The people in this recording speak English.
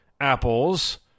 Apples